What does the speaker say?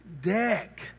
deck